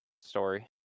story